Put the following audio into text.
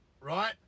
Right